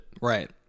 Right